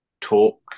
Talk